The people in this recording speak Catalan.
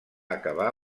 acabar